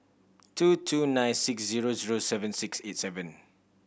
two two nine six zero zero seven six eight seven